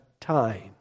time